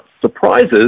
surprises